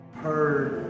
heard